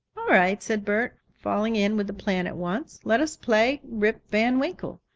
all right, said bert, falling in with the plan at once. let us play rip van winkle.